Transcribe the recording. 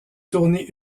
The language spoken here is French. tourner